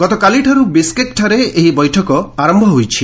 ଗତକାଲିଠାରୁ ବିସ୍କେକ୍ଠାରେ ଏହି ବୈଠକ ଆରମ୍ଭ ହୋଇଛି